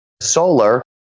solar